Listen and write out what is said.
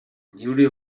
lliuri